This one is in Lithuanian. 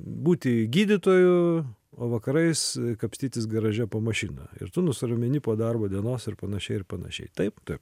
būti gydytoju o vakarais kapstytis garaže po mašina ir tu nusiramini po darbo dienos ir panašiai ir panašiai taip taip